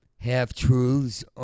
half-truths